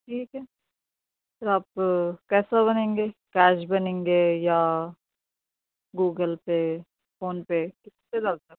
ٹھیک ہے پھر آپ کیسے بنیں گے کیش بنیں گے یا گوگل پے فون پے کس سے جاتا